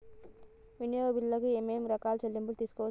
వినియోగ బిల్లులు ఏమేం రకాల చెల్లింపులు తీసుకోవచ్చు?